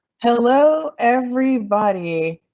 hello everybody,